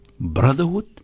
brotherhood